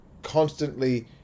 constantly